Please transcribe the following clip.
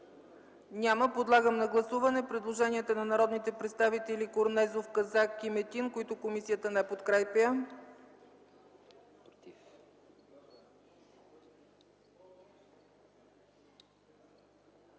Няма. Подлагам на гласуване предложенията на народните представители Корнезов, Казак и Метин, които комисията не подкрепя.